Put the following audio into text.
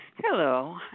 Hello